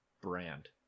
brand